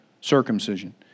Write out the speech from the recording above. circumcision